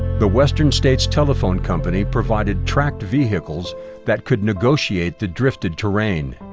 the western states telephone company provided tracked vehicles that could negotiate the drifted terrain.